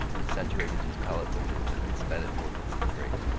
saturated his palate with it and then spat it forth into the grate.